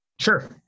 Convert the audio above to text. Sure